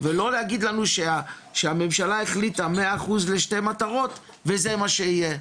ולא להגיד לנו שהממשלה החליטה 100% לשתי מטרות וזה מה שיהיה,